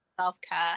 self-care